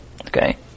Okay